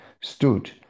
stood